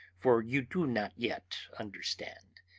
for you do not yet understand.